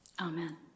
Amen